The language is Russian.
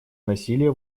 насилия